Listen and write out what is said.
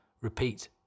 Repeat